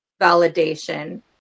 validation